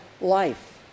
life